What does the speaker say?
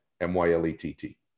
M-Y-L-E-T-T